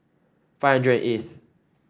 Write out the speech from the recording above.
five hundred eighth